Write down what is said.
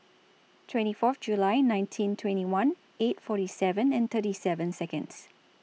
twenty four July nineteen twenty one eight forty seven and thirty seven Seconds